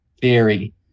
theory